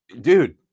Dude